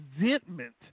resentment